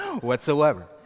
whatsoever